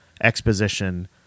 exposition